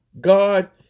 God